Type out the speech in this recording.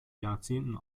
jahrzehnten